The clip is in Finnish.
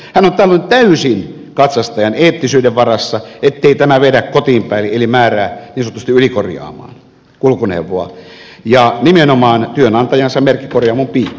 hän on tällöin täysin katsastajan eettisyyden varassa ettei tämä vedä kotiinpäin eli määrää niin sanotusti ylikorjaamaan kulkuneuvoa ja nimenomaan työnantajansa merkkikorjaamon piikkiin